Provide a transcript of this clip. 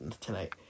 tonight